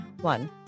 One